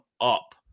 up